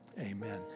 Amen